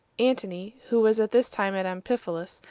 antony, who was at this time at amphipolis,